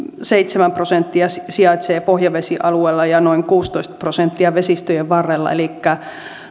seitsemän prosenttia sijaitsee pohjavesialueella ja noin kuusitoista prosenttia vesistöjen varrella elikkä